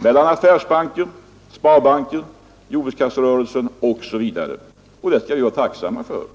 mellan affärsbanker, sparbanker, jordbrukskasserörelsen osv., och det skall vi vara tacksamma för.